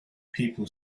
people